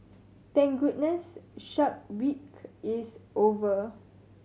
thank goodness Shark Week is over